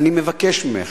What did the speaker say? אני מבקש ממך,